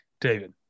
David